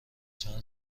چند